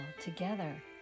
together